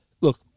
look